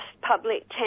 public